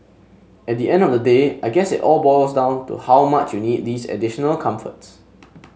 at the end of the day I guess it all boils down to how much you need these additional comforts